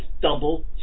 double